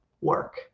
work